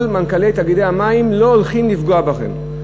כל מנכ"לי תאגידי המים, לא הולכים לפגוע בכם.